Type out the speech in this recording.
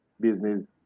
business